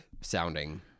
sounding